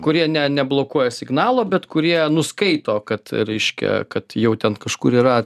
kurie ne neblokuoja signalo bet kurie nuskaito kad reiškia kad jau ten kažkur yra